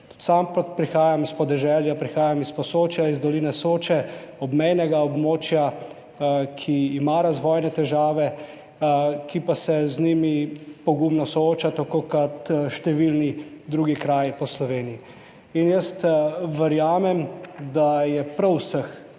sam prihajam iz podeželja, prihajam iz Posočja, iz doline Soče, obmejnega območja, ki ima razvojne težave, ki pa se z njimi pogumno sooča tako kot številni drugi kraji po Sloveniji. In jaz verjamem, da je prav vseh